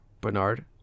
Bernard